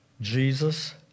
Jesus